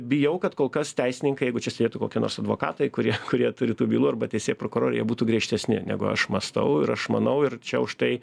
bijau kad kol kas teisininkai jeigu čia sėdėtų kokie nors advokatai kurie kurie turi tų bylų arba teisėjai prokurorai jie būtų griežtesni negu aš mąstau ir aš manau ir čia už tai